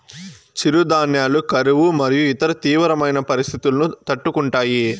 చిరుధాన్యాలు కరువు మరియు ఇతర తీవ్రమైన పరిస్తితులను తట్టుకుంటాయి